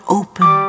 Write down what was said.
open